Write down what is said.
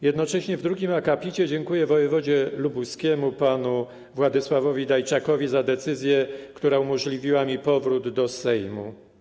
Jednocześnie w drugim akapicie dziękuję wojewodzie lubuskiemu panu Władysławowi Dajczakowi za decyzję, która umożliwiła mi powrót do Sejmu.